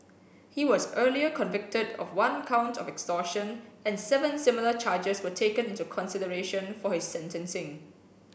he was earlier convicted of one count of extortion and seven similar charges were taken into consideration for his sentencing